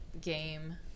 game